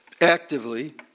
actively